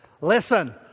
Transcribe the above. Listen